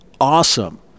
awesome